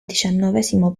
diciannovesimo